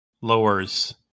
lowers